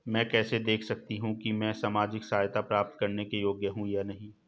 मैं कैसे देख सकती हूँ कि मैं सामाजिक सहायता प्राप्त करने के योग्य हूँ या नहीं?